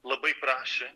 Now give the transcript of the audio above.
labai prašė